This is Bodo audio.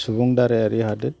सुबुं दारायारि हादोद